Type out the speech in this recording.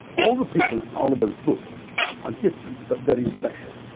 all the people in oliver's books are different but very special.